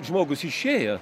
žmogus išėjo